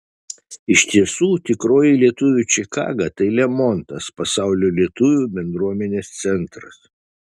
iš tiesų tikroji lietuvių čikaga tai lemontas pasaulio lietuvių bendruomenės centras